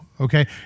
okay